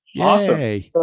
Awesome